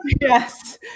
Yes